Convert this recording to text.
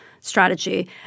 strategy